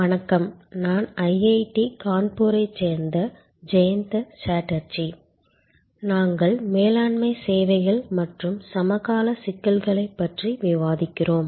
வணக்கம் நான் ஐஐடி கான்பூரைச் சேர்ந்த ஜெயந்த சாட்டர்ஜி நாங்கள் மேலாண்மை சேவைகள் மற்றும் சமகால சிக்கல்களைப் பற்றி விவாதிக்கிறோம்